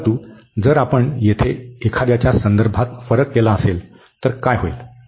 परंतु जर आपण येथे एखाद्याच्या संदर्भात फरक केला तर काय होईल